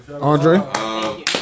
Andre